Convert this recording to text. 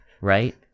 right